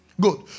Good